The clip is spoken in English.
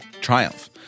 triumph